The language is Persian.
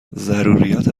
ضروریات